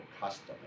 custom